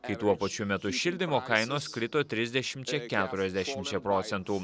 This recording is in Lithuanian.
kai tuo pačiu metu šildymo kainos krito trisdešimčia keturiasdešimčia procentų